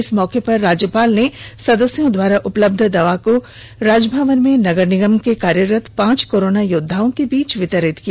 इस मौके पर राज्यपाल ने सदस्यों द्वारा उपलब्ध दवा को राजभवन में नगर निगम के कार्यरत पांच कोरोना योद्दाओं के बीच वितरित किया